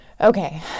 okay